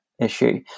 issue